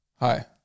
Hi